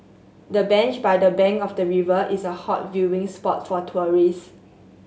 the bench by the bank of the river is a hot viewing spot for tourist